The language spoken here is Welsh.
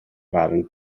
farn